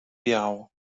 biało